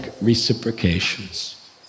reciprocations